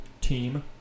team